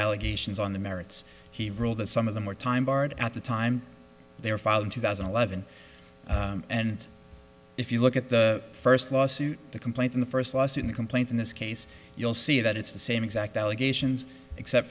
allegations on the merits he ruled that some of them were time barred at the time they were filed in two thousand and eleven and if you look at the first lawsuit the complaint in the first lawsuit in a complaint in this case you'll see that it's the same exact allegations except